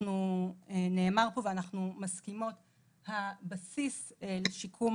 אנחנו מסכימות למה שנאמר פה,